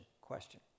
question